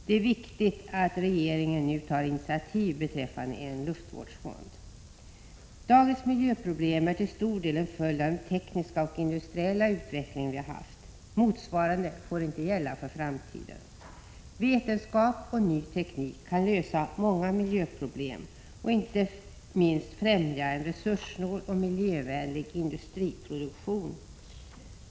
Det är angeläget att regeringen tar initiativ beträffande en luftvårdsfond. Dagens miljöproblem är till stor del en följd av den tekniska och industriella utveckling vi haft. Motsvarande får inte gälla för framtiden. Vetenskap och ny teknik kan lösa många miljöproblem och inte minst främja en resurssnål och miljövänlig industriproduktion.